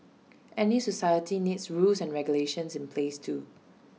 any society needs rules and regulations in place too